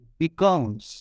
becomes